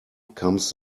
comes